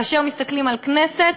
כאשר מסתכלים על הכנסת,